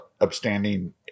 upstanding